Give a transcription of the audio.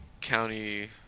County